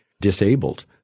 disabled